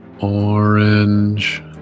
orange